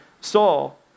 Saul